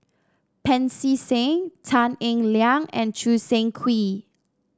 Pancy Seng Tan Eng Liang and Choo Seng Quee